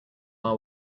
are